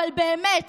אבל באמת,